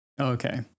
Okay